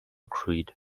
creed